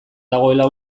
dagoela